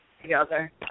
together